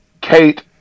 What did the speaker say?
Kate